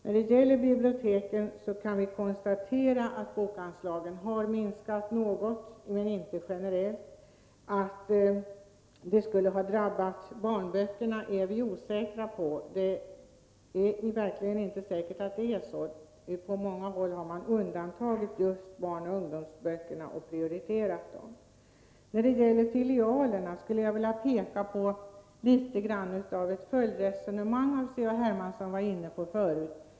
När det gäller biblioteken kan vi konstatera att bokanslagen har minskat något, men inte generellt. Att det skulle ha drabbat barnböckerna är något som vi är osäkra på. Det är inte säkert att det är så. På många håll har man undantagit just barnoch ungdomsböckerna och prioriterat dem. I fråga om filialerna skulle jag vilja peka på ett följdresonemang i anslutning till vad C.-H. Hermansson var inne på förut.